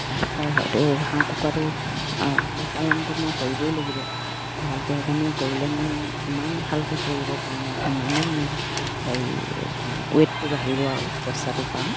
সেইটো হাঁহ কুকুৰাটো পোহপালনটো মই কৰিবই লাগিব ভালকে সেইকাৰণে কৰিলে মানে যিমান ভালকে কৰিব পাৰোঁ মই সিমানেই মোৰ হেৰি ৱেটটো বাঢ়িব আৰু পইচাটো পাম